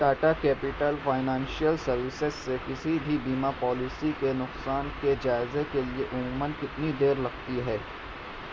Tata Capital Financial Services سے کسی بھی بیمہ پالیسی کے نقصان کے جائزے کے لیے عموماً کتنی دیر لگتی ہے